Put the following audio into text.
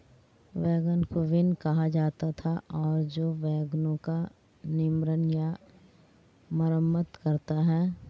wagon को wain कहा जाता था और जो वैगनों का निर्माण या मरम्मत करता है